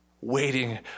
waiting